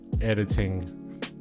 editing